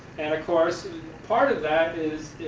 and of course part of that is,